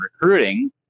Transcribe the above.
recruiting